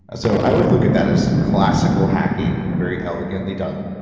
so i would look at that as classical hacking, very elegantly done.